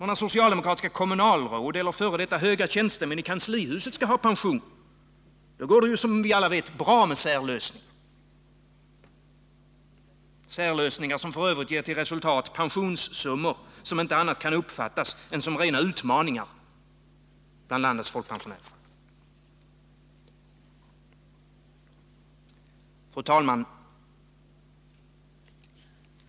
När socialdemokratiska kommunalråd eller f. d. höga tjänstemän i kanslihuset skall ha pension går det, som vi alla vet, bra med särlösningar, särlösningar som f. ö. ger till resultat pensionssummor som bland landets folkpensionärer inte kan uppfattas som annat än rena utmaningar. Nr 34 Fru talman!